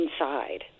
inside